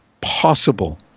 possible